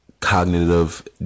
cognitive